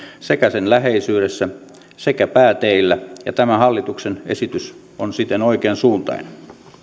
rajan läheisyydessä sekä pääteillä ja tämä hallituksen esitys on siten oikeansuuntainen